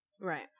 right